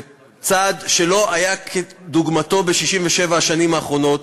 בצעד שלא היה כדוגמתו ב-67 השנים האחרונות,